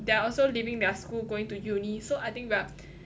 thery are also leaving their school going to uni so I think we are